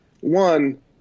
one